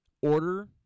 Order